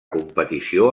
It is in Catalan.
competició